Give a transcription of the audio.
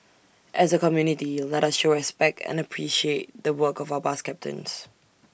as A community let us show respect and appreciate the work of our bus captains